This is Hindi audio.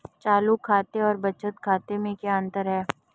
चालू खाते और बचत खाते में क्या अंतर है?